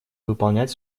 выполнять